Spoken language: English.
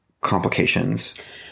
complications